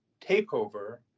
takeover